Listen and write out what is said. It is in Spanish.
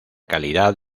calidad